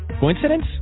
Coincidence